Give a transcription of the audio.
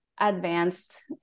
advanced